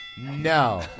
No